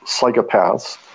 psychopaths